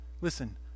Listen